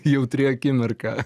jautri akimirka